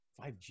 5G